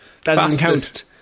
Fastest